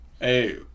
Hey